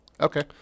Okay